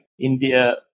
India